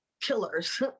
killers